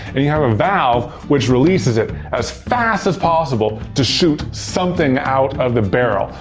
and you have a valve which releases it as fast as possible to shoot something out of the barrel.